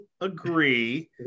agree